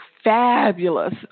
Fabulous